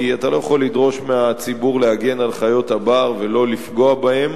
כי אתה לא יכול לדרוש מהציבור להגן על חיות הבר ולא לפגוע בהן